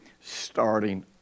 starting